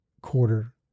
quarter